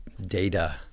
data